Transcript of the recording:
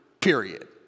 period